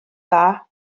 dda